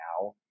now